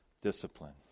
Discipline